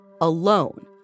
alone